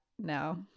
No